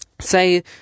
Say